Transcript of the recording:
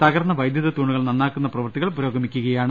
തകർന്ന വൈദ്യുത തൂണുകൾ നന്നാ ക്കുന്ന പ്രവൃത്തികൾ പുരോഗമിക്കുകയാണ്